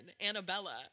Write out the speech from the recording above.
annabella